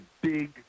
big